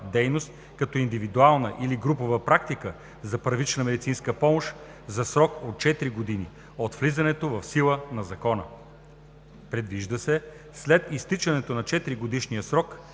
като индивидуална или групова практика за първична медицинска помощ за срок от четири години от влизането в сила на Закона. Предвижда се след изтичането на 4 годишния срок